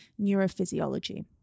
neurophysiology